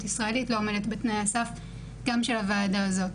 ישראלית לא עומדת בתנאי הסף גם של הוועדה הזאת.